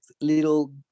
little